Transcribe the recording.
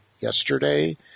yesterday